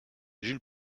jules